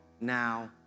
now